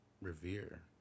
Revere